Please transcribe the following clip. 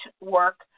work